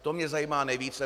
To mě zajímá nejvíce.